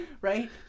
Right